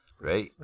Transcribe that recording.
right